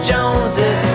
Joneses